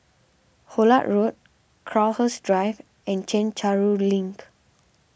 Hullet Road Crowhurst Drive and Chencharu Link